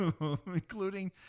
including